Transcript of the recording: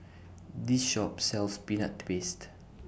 This Shop sells Peanut Paste